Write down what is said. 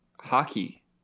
hockey